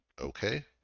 Okay